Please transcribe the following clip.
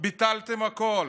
ביטלתם הכול.